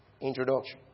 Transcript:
introduction